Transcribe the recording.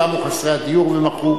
קמו חסרי הדיור ומחו,